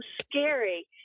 scary